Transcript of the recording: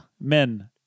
Men